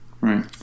Right